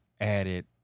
added